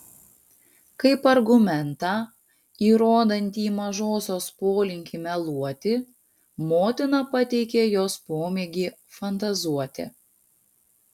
kaip argumentą įrodantį mažosios polinkį meluoti motina pateikė jos pomėgį fantazuoti